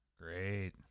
Great